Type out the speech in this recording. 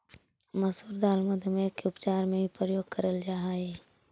मसूर दाल मधुमेह के उपचार में भी प्रयोग करेल जा हई